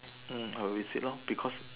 mm I will visit loh because